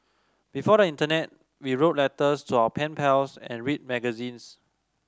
before the internet we wrote letters to our pen pals and read magazines